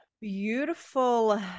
beautiful